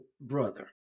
brother